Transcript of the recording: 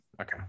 okay